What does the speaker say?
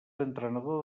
entrenador